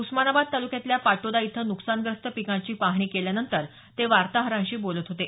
उस्मानाबाद तालुक्यातल्या पाटोदा इथं नुकसानग्रस्त पिकांची पाहणी केल्यानंतर ते वार्ताहरांशी बोलत होते